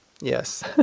Yes